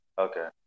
Okay